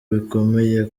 bikomeye